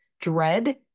dread